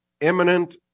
imminent